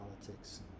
politics